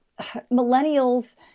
millennials